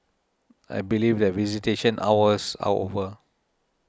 I believe that visitation hours are over